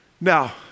now